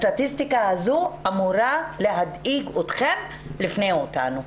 הסטטיסטיקה הזאת אמורה להדאיג אתכם יותר מאשר אותנו,